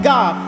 God